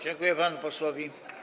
Dziękuję panu posłowi.